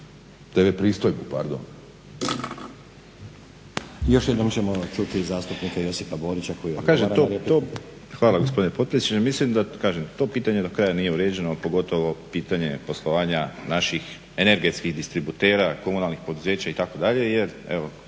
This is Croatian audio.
Nenad (SDP)** Još jednom ćemo čuti zastupnika Josipa Borića koji odgovara na repliku. **Borić, Josip (HDZ)** Hvala gospodine potpredsjedniče, mislim da kažem to pitanje do kraja nije uređeno, a pogotovo pitanje poslovanja naših energetskih distributera, komunalnih poduzeća itd. jer evo